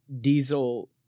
diesel